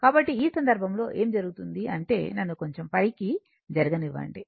కాబట్టి ఈ సందర్భంలో ఏమి జరుగుతుంది అంటే నన్ను కొంచెం పైకి జరపనివ్వండి